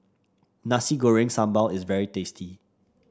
Nasi Goreng Sambal is very tasty